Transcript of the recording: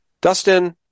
Dustin